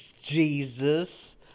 Jesus